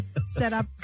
setup